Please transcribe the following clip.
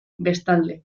bestalde